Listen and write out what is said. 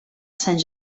saint